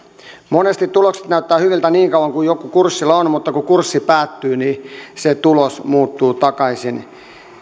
monesti tulokset näyttävät hyviltä niin kauan kun joku kurssilla on mutta kun kurssi päättyy niin se tulos muuttuu takaisin